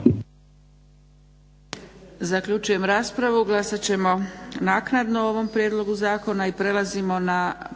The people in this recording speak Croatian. Zaključujem raspravu. Glasat ćemo naknadno o ovom prijedlogu zakona. **Leko,